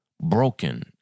broken